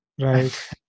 Right